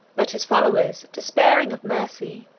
but his followers, despairing of mercy,